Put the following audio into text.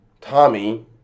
Tommy